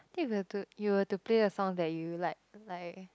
think if you were to you were to play the songs that you like like